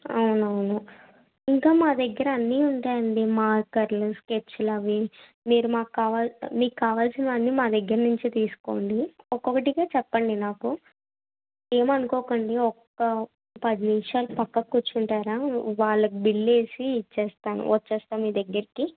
అవునవును ఇంకా మా దగ్గర అన్నీ ఉంటాయండి మార్కర్లు స్కెచ్లవి మీరు మాకు కావ మీకు కావలిసినవన్నీ మా దగ్గరనుంచి తీసుకోండి ఒకొక్కటిగా చెప్పండి నాకు ఏమనుకోకండి ఒక్క పది నిముషాలు పక్కకి కూర్చుంటారా వాళ్ళకి బిల్లు వేసి ఇచ్చేస్తాను వచ్చేస్తాను మీ దగ్గరకి